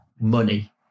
money